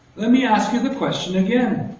let me ask you the question again